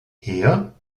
her